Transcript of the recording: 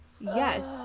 Yes